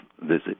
visit